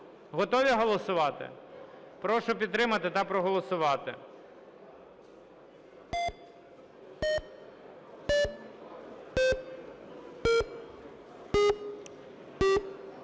Готові голосувати? Прошу підтримати та проголосувати.